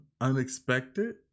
Unexpected